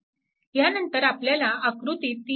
ह्यानंतर आपल्याला आकृती 3